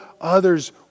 others